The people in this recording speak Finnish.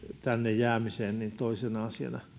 tänne jäämiseen toisena asiana